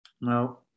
Now